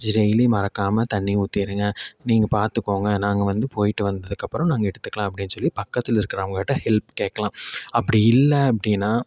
daily மறக்காமல் தண்ணி ஊற்றிருங்க நீங்கள் பார்த்துக்கோங்க நாங்கள் வந்து போயிட்டு வந்ததுக்கு அப்புறம் நாங்கள் எடுத்துக்கலாம் அப்படின்னு சொல்லி பக்கத்தில் இருக்கிறவங்ககிட்ட ஹெல்ப் கேட்கலாம் அப்படி இல்லை அப்படின்னா